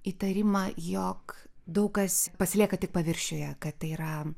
įtarimą jog daug kas pasilieka tik paviršiuje kad tai yra